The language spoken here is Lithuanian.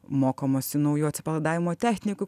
mokomasi naujų atsipalaidavimo technikų